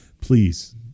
please